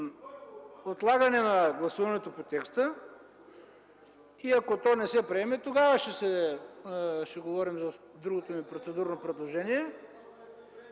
отлагане на гласуването по текста. Ако то не се приема, тогава ще говорим за другото ми процедурно предложение.